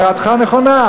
הערתך נכונה,